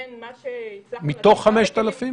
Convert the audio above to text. אנשים שהיו בקשר ובמגע קרוב עם אותו אדם.